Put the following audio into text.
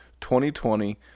2020